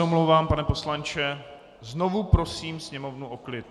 Omlouvám se, pane poslanče, znovu prosím sněmovnu o klid.